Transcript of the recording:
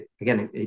again